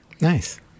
Nice